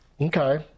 Okay